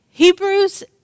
Hebrews